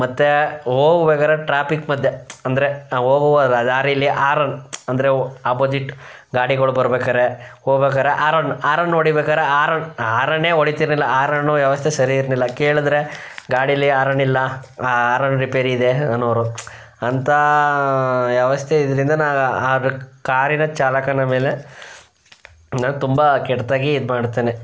ಮತ್ತು ಹೋಬೇಕಾರೆ ಟ್ರಾಪಿಕ್ ಮಧ್ಯೆ ಅಂದರೆ ನಾವು ಹೋಗುವಾಅ ದಾರಿಲಿ ಆರನ್ ಅಂದರೆ ಆಪೊಜಿಟ್ ಗಾಡಿಗಳ್ ಬರ್ಬೇಕಾದ್ರೆ ಹೋಬೇಕಾದ್ರೆ ಆರನ್ ಆರನ್ ಹೊಡಿಬೇಕಾದ್ರೆ ಆರನ್ ಹಾರನ್ನೇ ಹೊಡಿತಿರಲಿಲ್ಲ ಆರನ್ನು ವ್ಯವಸ್ಥೆ ಸರಿ ಇರ್ಲಿಲ್ಲ ಕೇಳಿದ್ರೆ ಗಾಡಿಲಿ ಆರನ್ ಇಲ್ಲ ಆರನ್ ರಿಪೇರಿ ಇದೆ ಅನ್ನೋವ್ರು ಅಂಥ ವ್ಯವಸ್ಥೆ ಇದರಿಂದ ನಾನು ಆ ಕಾರಿನ ಚಾಲಕನ ಮೇಲೆ ಹಂಗಾಗಿ ತುಂಬ ಕೆಟ್ಟದಾಗಿ ಇದು ಮಾಡ್ತೇನೆ